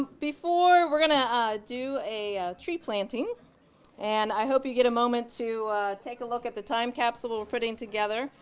before we're gonna do a tree planting and i hope you get a moment to take a look at the time capsule we're putting together.